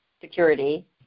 security